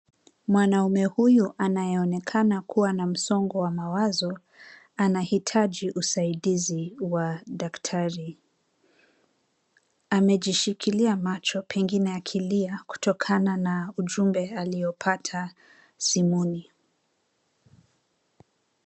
Mwanaume huyu anayeonekana kuwa na msongo wa mawazo anahitaji usaidizi wa daktari. Amejishikilia macho pengine akilia kutokana na ujumbe aliyopata simuni.